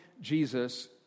Jesus